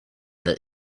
that